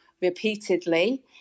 repeatedly